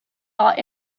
not